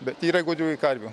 bet yra gudrių ir karvių